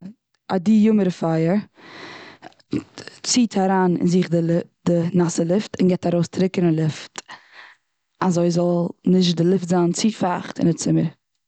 א די-יומידיפייער ציעט אריין אין זיך די לי-די נייסע ליפט, און גיבט ארויס טריקענע ליפט, אזוי זאל נישט די ליפט זיין צו פייכט אין די צימער.